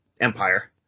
empire